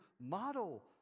model